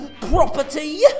property